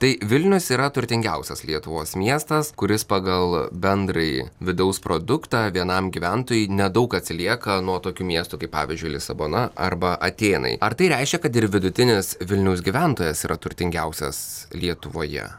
tai vilnius yra turtingiausias lietuvos miestas kuris pagal bendrąjį vidaus produktą vienam gyventojui nedaug atsilieka nuo tokių miestų kaip pavyzdžiui lisabona arba atėnai ar tai reiškia kad ir vidutinis vilniaus gyventojas yra turtingiausias lietuvoje